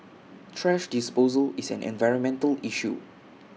thrash disposal is an environmental issue